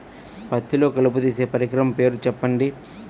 పత్తిలో కలుపు తీసే పరికరము పేరు చెప్పండి